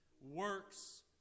works